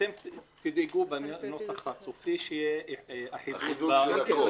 תדאגו בנוסח הסופי שתהיה אחידות.